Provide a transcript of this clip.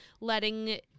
letting